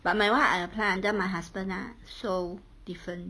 but my [one] I apply under my husband ah so different